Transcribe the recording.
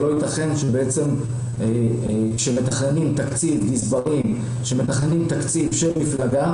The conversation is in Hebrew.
לא יתכן שכאשר גזברים מתכננים תקציב של מפלגה,